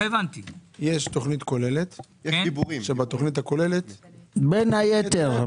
יש תוכנית כוללת, ובין היתר.